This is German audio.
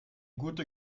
guter